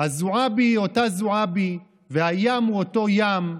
אז זועבי היא אותה זועבי, והים הוא אותו ים,